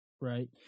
Right